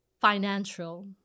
financial